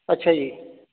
ਅੱਛਾ ਜੀ